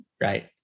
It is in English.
right